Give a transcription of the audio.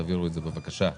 תעבירו את זה בבקשה לוועדה.